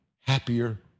happier